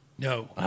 No